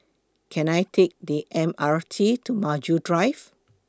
Can I Take The M R T to Maju Drive